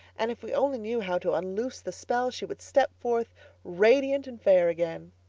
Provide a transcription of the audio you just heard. and if we only knew how to unloose the spell she would step forth radiant and fair again.